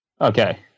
Okay